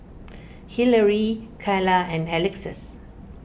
Hilary Kylah and Alexus